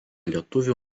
lietuvių